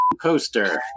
poster